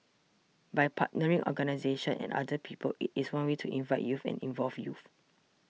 by partnering organisations and other people it is one way to invite youth and involve youth